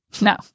No